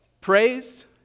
Praise